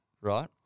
right